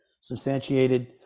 substantiated